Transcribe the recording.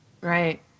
Right